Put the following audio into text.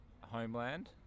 homeland